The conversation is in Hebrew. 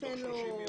ניתן לו פרק זמן.